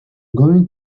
going